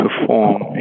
perform